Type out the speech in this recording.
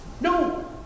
no